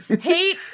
hate